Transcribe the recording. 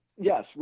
yes